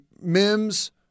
Mims